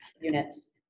units